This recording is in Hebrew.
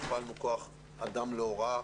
כתוצאה מזה הכפלנו כוח אדם להוראה.